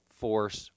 force